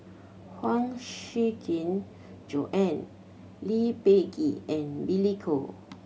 Huang Shiqi Joan Lee Peh Gee and Billy Koh